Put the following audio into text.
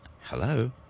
hello